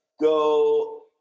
go